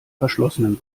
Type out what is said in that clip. verschlossenen